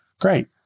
great